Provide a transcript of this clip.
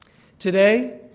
today,